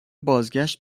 بازگشت